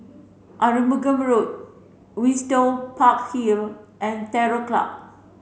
Road Windsor Park Hill and Terror Club